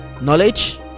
knowledge